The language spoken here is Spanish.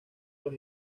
los